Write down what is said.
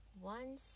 One